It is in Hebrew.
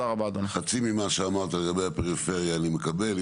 חצי ממה שאמרת לגבי הפריפריה אני מקבל.